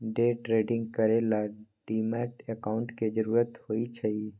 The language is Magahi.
डे ट्रेडिंग करे ला डीमैट अकांउट के जरूरत होई छई